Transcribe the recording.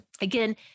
again